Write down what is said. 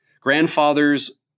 Grandfathers